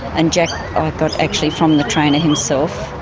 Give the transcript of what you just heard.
and jack i got actually from the trainer himself.